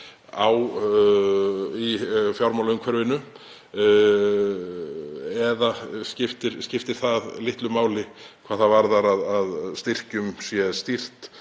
í fjármálaumhverfinu. Eða skiptir það litlu máli hvað það varðar að styrkjum sé stýrt